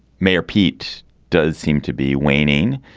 mayor pete does seem to be waning.